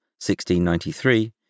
1693